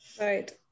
right